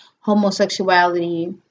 homosexuality